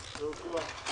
הישיבה ננעלה בשעה 13:15.